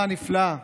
הנפלאה